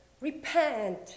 repent